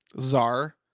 Czar